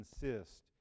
consist